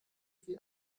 viel